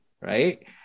right